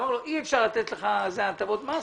אמרנו לו שאי אפשר לתת לו הטבות מס,